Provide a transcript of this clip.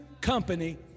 company